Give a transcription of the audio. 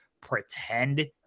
pretend